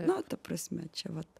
na ta prasme čia vat